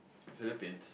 Philippines